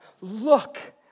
look